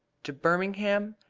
to birmingham?